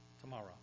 tomorrow